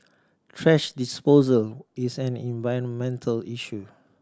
thrash disposal is an environmental issue